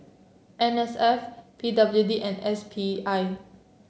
N S F P W D and S P I